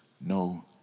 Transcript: no